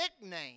nickname